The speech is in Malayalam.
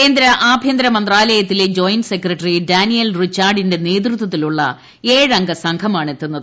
കേന്ദ്ര ആഭ്യന്തര മന്ത്രാലയത്തിലെ ജോയിന്റ് സെക്രട്ടറി ഡാനിയേൽ റിച്ചാർഡിന്റെ നേതൃത്വത്തിലുള്ള ഏഴംഗ സംഘമാണ് എത്തുന്നത്